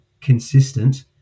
consistent